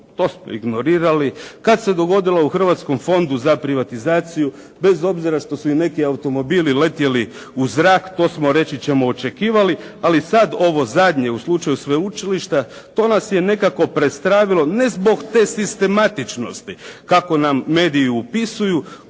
to ste ignorirali, kada se dogodila u Hrvatskom fondu za privatizaciju, bez obzira što su i neki automobili letjeli u zrak, to smo reći ćemo očekivali, ali sada ovo zadnje u slučaju sveučilišta, to nas je nekako prestravilo ne zbog te sistematičnosti kako nam mediji opisuju,